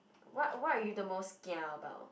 what what are you the most kia about